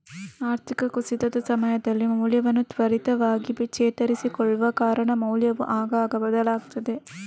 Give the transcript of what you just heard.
ಆರ್ಥಿಕ ಕುಸಿತದ ಸಮಯದಲ್ಲಿ ಮೌಲ್ಯವನ್ನ ತ್ವರಿತವಾಗಿ ಚೇತರಿಸಿಕೊಳ್ಳುವ ಕಾರಣ ಮೌಲ್ಯವು ಆಗಾಗ ಬದಲಾಗ್ತದೆ